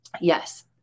Yes